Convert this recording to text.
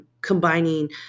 combining